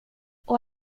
och